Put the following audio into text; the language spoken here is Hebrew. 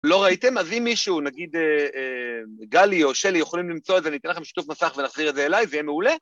‫לא ראיתם? אז אם מישהו, ‫נגיד גלי או שלי יכולים למצוא את זה, ‫אני אתן לכם שיתוף מסך ‫ונחזיר את זה אליי, זה יהיה מעולה.